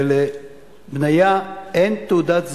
ולבניה אין תעודת זהות,